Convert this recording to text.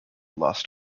lost